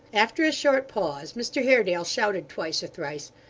after a short pause, mr haredale shouted twice or thrice.